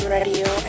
Radio